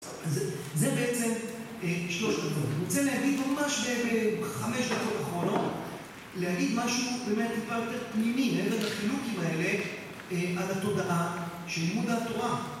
אז זה בעצם שלושת הדברים, אני רוצה להגיד ממש בחמש דקות אחרונות להגיד משהו באמת טיפה יותר פנימי לעבר החילוקים האלה על התודעה של לימוד התורה